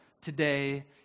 today